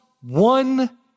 one